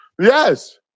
Yes